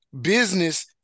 business